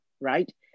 right